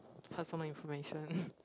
has my information